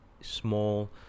small